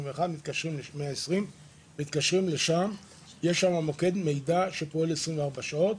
0121*. מתקשרים לשם ויש שם מוקד מידע שפועל 24 שעות.